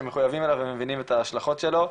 שמחויבים אליו ומבינים את ההשלכות שלו,